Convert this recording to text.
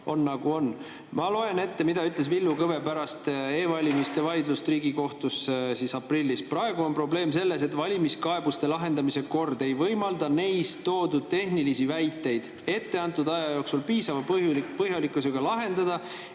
Ma loen ette, mida ütles Villu Kõve pärast e-valimiste vaidlust Riigikohtus aprillis. "Praegu on probleem selles, et valimiskaebuste lahendamise kord ei võimalda neis toodud tehnilisi väiteid etteantud aja jooksul piisava põhjalikkusega lahendada